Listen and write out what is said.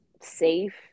safe